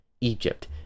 Egypt